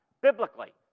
Biblically